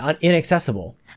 inaccessible